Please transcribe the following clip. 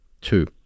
Two